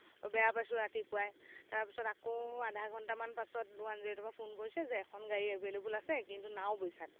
বেয়া পাইছোঁ ৰাতিপুৱাই তাৰপাছত আকৌ আধা ঘণ্টামান পাছত ওৱান জিৰ' এইটৰ পৰা ফোন কৰিছে যে এখন গাড়ী এভেইলেবল আছে কিন্তু নাওবৈচাত